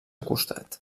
costat